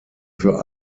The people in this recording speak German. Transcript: für